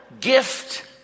gift